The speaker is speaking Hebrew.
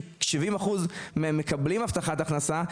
כי 70 אחוז מהם מקבלים הבטחת הכנסה,